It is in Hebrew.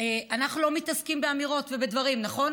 אנחנו לא מתעסקים באמירות ובדברים, נכון?